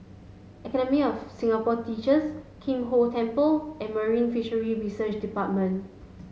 Academy of Singapore Teachers Kim Hong Temple and Marine Fisheries Research Department